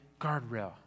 guardrail